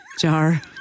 jar